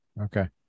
Okay